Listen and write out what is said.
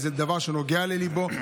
זה דבר שנוגע לליבו,